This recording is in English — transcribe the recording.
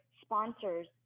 sponsors